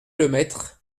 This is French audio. lemaître